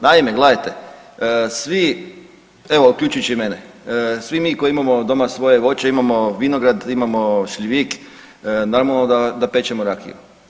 Naime, gledajte, svi evo uključujući i mene, svi mi koji imamo doma svoje voće, imamo vinograd, imamo šljivik, normalno da pečemo rakiju.